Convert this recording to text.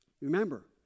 Remember